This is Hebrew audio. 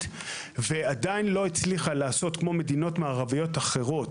ועדיין לא הצליחה לעשות כמו מדינות מערביות אחרות,